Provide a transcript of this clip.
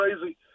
crazy